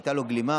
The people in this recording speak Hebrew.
הייתה לו גלימה,